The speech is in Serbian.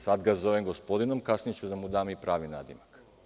Sada ga zovem gospodinom, kasnije ću da mu dam i pravi nadimak.